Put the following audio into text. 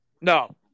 No